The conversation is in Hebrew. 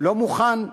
לא מוכן לשמוע.